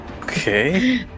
Okay